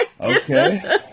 Okay